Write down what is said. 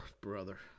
Brother